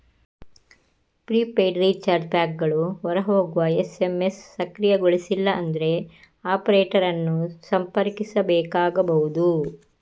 prepaid recharge ಪ್ಯಾಕುಗಳು ಹೊರ ಹೋಗುವ ಎಸ್.ಎಮ್.ಎಸ್ ಸಕ್ರಿಯಗೊಳಿಸಿಲ್ಲ ಅಂದ್ರೆ ಆಪರೇಟರ್ ಅನ್ನು ಸಂಪರ್ಕಿಸಬೇಕಾಗಬಹುದು